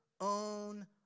own